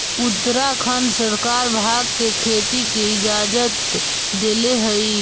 उत्तराखंड सरकार भाँग के खेती के इजाजत देले हइ